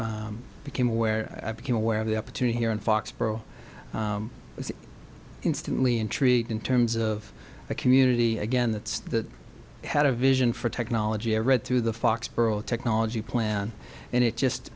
foxboro became aware i became aware of the opportunity here in foxboro instantly intrigued in terms of a community again that's that had a vision for technology a read through the foxboro technology plan and it just